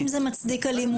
האם זה מצדיק אלימות?